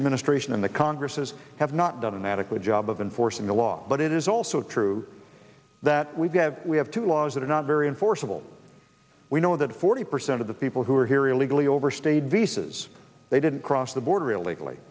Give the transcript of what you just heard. administration in the congress has have not done an adequate job of enforcing the law but it is also true that we do have we have two laws that are not very enforceable we know that forty percent of the people who are here illegally overstayed visas they didn't cross the border illegally